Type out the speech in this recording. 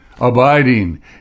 abiding